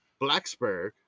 blacksburg